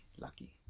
lucky